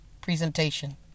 presentation